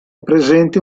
presente